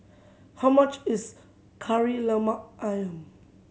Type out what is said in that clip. how much is Kari Lemak Ayam